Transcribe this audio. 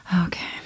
Okay